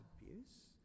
abuse